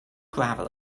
gravel